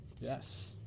Yes